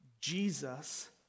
Jesus